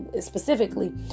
specifically